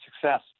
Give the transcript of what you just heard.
success